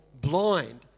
blind